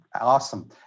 awesome